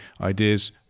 ideas